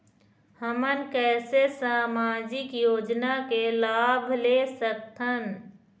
हमन कैसे सामाजिक योजना के लाभ ले सकथन?